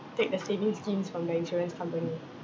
take the saving schemes from the insurance company